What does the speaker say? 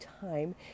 time